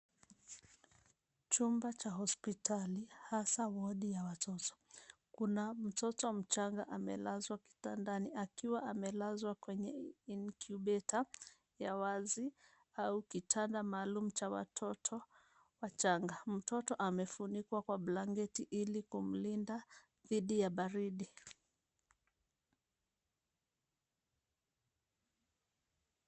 Chumba cha hospitai, haswa wodi ya watoto. Kuna mtotomdogo amelazwa kitandani akiwa amelazwa kwenye incubator ya wazi au kitanda maalum cha watoto wachanga. Mtoto amefunikwa kwa blanketi ili kumlinda dhidi ya baridi.